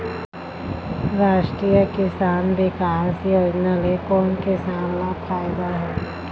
रास्टीय कृषि बिकास योजना ले कोन किसान ल फायदा हे?